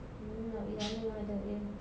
oh nak balik sana lah nak tengok dia